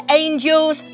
angels